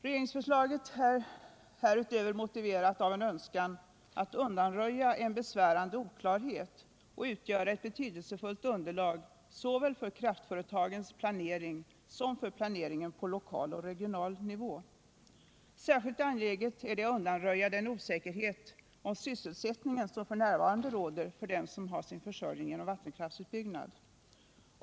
Regeringsförslaget är härutöver motiverat av en önskan att undanröja en besvärande oklarhet och att ge ett betydelsefullt underlag såväl för kraftföretagens planering som för planeringen på lokal och regional nivå. Särskilt angeläget är det att undanröja den osäkerhet om sysselsättningen som f.n. råder för dem som har sin försörjning genom vattenkraftsutbyggnad.